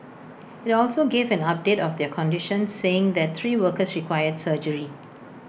IT also gave an update of their condition saying that three workers required surgery